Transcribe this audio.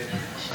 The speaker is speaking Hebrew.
אבל את יודעת,